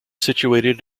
situated